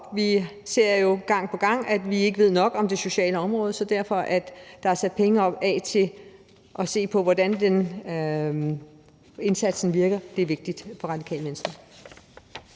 Vi ser jo gang på gang, at vi ikke ved nok om det sociale område, så at der er sat penge af til at se på, hvordan indsatsen virker, er vigtigt for Radikale Venstre.